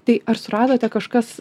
tai ar suradote kažkas